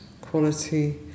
quality